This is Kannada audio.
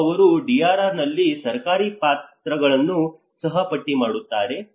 ಮತ್ತು ಅವರು DRR ನಲ್ಲಿ ಸರ್ಕಾರಿ ಪಾತ್ರಗಳನ್ನು ಸಹ ಪಟ್ಟಿ ಮಾಡುತ್ತಾರೆ